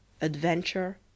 adventure